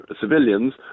civilians